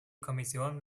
kommission